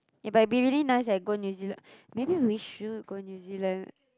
eh but it'll be really nice eh go New-Zealand maybe we should go New-Zealand